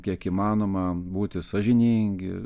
kiek įmanoma būti sąžiningi